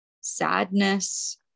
sadness